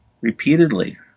repeatedly